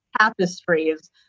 tapestries